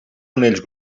anells